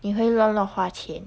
你会乱乱花钱